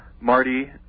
Marty